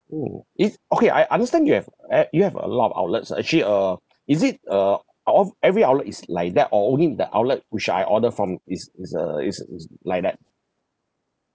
mm it's okay I understand you have have you have a lot of outlets uh actually uh is it uh all of every outlet is like that or only the outlet which I order from is is uh is is like that